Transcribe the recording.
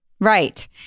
Right